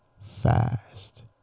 fast